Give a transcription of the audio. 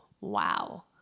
wow